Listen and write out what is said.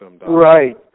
Right